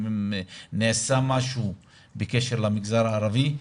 אם נעשה משהו בקשר למגזר הערבי,